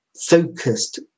focused